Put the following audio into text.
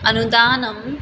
अनुदानं